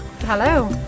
hello